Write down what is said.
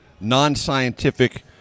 non-scientific